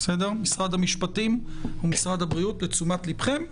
משרד המשפטים ומשרד הבריאות לתשומת ליבכם.